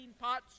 pots